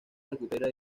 recupera